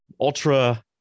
ultra